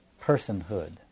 personhood